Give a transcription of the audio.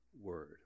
word